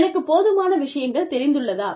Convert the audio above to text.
எனக்கு போதுமான விஷயங்கள் தெரிந்துள்ளதா